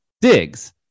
digs